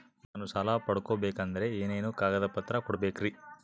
ನಾನು ಸಾಲ ಪಡಕೋಬೇಕಂದರೆ ಏನೇನು ಕಾಗದ ಪತ್ರ ಕೋಡಬೇಕ್ರಿ?